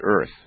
earth